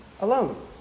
alone